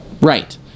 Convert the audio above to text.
Right